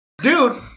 Dude